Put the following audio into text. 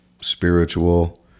spiritual